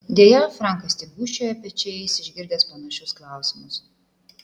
deja frankas tik gūžčioja pečiais išgirdęs panašius klausimus